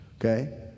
Okay